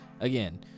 Again